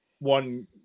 one